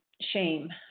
shame